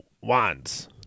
Wands